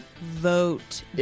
vote